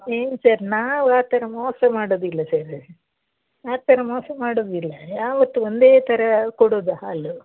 ಏನು ಸರ್ ನಾವು ಆ ಥರ ಮೋಸ ಮಾಡೋದಿಲ್ಲ ಸರ್ ಆ ಥರ ಮೋಸ ಮಾಡೋದಿಲ್ಲ ಯಾವತ್ತು ಒಂದೇ ಥರ ಕೊಡೋದು ಹಾಲು